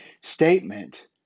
statement